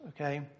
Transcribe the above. Okay